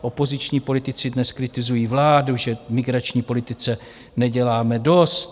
Opoziční politici dnes kritizují vládu, že v migrační politice neděláme dost.